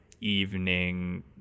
evening